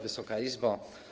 Wysoka Izbo!